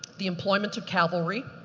the employment of cavalry,